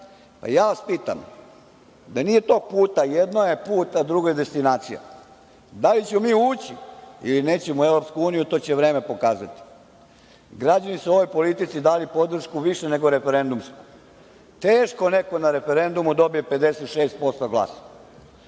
ja vas pitam da nije tog puta, jedno je put, a drugo je destinacija, da li ćemo mi ući ili nećemo u EU, to će vreme pokazati. Građani su ovoj politici dali podršku više nego referendumsko. Teško neko na referendumu dobije 56% glasova.